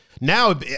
Now